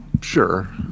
sure